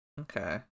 Okay